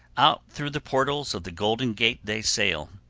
out through the portals of the golden gate they sail,